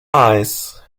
eyes